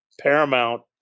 Paramount